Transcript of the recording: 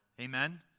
Amen